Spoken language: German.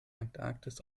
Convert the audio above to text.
antarktis